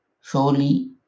surely